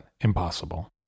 impossible